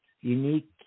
Unique